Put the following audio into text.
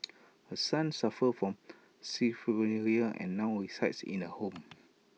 her son suffers from schizophrenia and now resides in A home